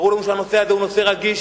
ברור לנו שהנושא הזה הוא נושא רגיש,